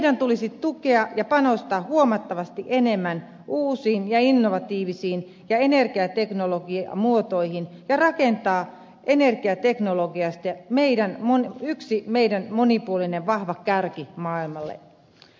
meidän tulisi tukea ja panostaa huomattavasti enemmän uusiin ja innovatiivisiin energiateknologiamuotoihin ja rakentaa energiateknologiasta yksi meidän monipuolinen vahva kärki maailmalle